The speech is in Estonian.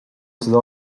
seda